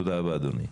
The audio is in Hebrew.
תודה רבה אדוני.